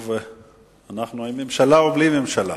אנחנו עם ממשלה או בלי ממשלה?